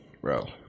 bro